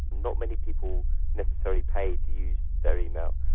not many people necessarily pay to use their email.